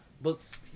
Books